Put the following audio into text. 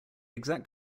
exact